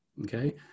Okay